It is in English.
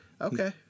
Okay